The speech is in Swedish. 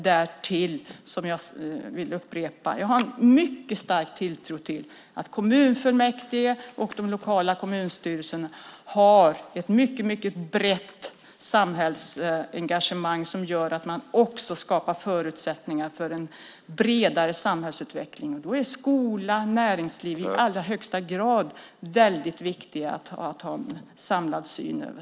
Därtill, det vill jag upprepa, har jag en mycket stark tilltro till att kommunfullmäktige och de lokala kommunstyrelserna har ett mycket brett samhällsengagemang som gör att man skapar förutsättningar för en bredare samhällsutveckling. Där är skola och näringsliv i allra högsta grad väldigt viktiga att ha en samlad syn över.